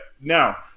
Now